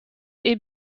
est